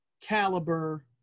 caliber